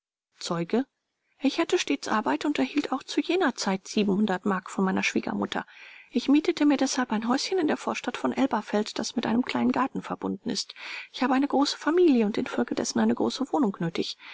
zeuge ich hatte stets arbeit und erhielt auch zu jener zeit mark von meiner schwiegermutter ich mietete mir deshalb ein häuschen in der vorstadt von elberfeld das mit einem kleinen garten verbunden ist ich habe eine große familie und infolgedessen eine große wohnung nötig